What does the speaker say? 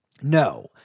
no